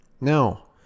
Now